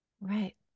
right